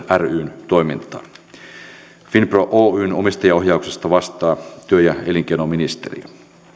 ryn toimintaa finpro oyn omistajaohjauksesta vastaa työ ja elinkeinoministeriö